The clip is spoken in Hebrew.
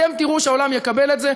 אתם תראו שהעולם יקבל את זה.